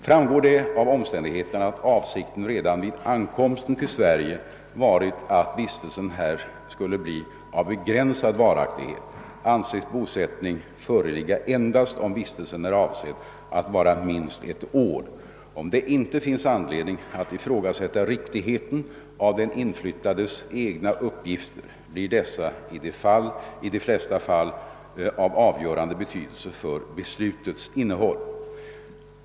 Framgår det av omständigheterna att avsikten redan vid ankomsten till Sverige varit att vistelsen här skulle bli av begränsad varaktighet, anses bosättning föreligga endast om vistelsen är avsedd att vara minst ett år. Om det inte finns anledning att ifrågasätta riktigheten av den inflyttandes cgna uppgifter blir dessa i de flesta fall av avgörande betydelse för beslutets innehåll.